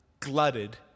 glutted